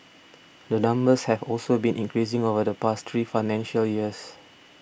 the numbers have also been increasing over the past three financial years